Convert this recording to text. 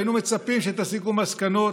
והיינו מצפים שתסיקו מסקנות,